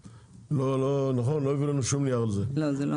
לא הביאו לנו שום נייר על זה.